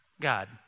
God